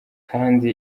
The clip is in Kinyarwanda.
kandi